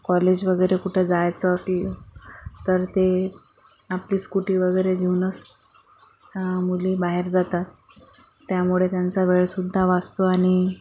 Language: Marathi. कॉलेज वगैरे कुठं जायचं असलं तर ते आपली स्कूटी वगैरे घेऊनस मुली बाहेर जातात त्यामुळे त्यांचा वेळसुद्धा वाचतो आणि